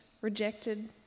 rejected